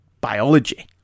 biology